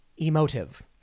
emotive